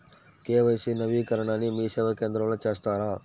KYC నవీకరణని మీసేవా కేంద్రం లో చేస్తారా?